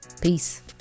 Peace